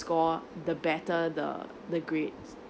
score the better the the grades